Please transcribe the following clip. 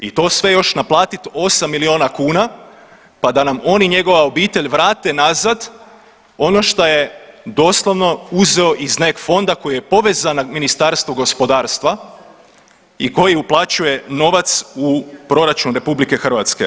I to još sve naplatiti još 8 miliona kuna pa da nam on i njegova obitelj vrate nazad ono što je doslovno uzeo iz NEK fonda koji je povezan na Ministarstvo gospodarstva i koji uplaćuje novac u proračun RH.